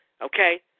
okay